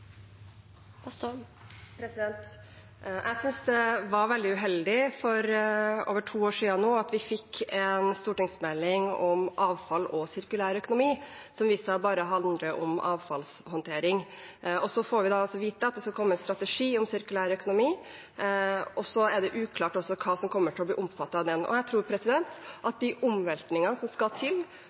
Jeg syntes det var veldig uheldig da vi for over to år siden fikk en stortingsmelding om avfall og sirkulær økonomi, som viste seg bare å handle om avfallshåndtering. Vi får vite at det skal komme en strategi om sirkulær økonomi, men det er uklart hva som vil bli omfattet av den. Jeg tror at de omveltningene som skal til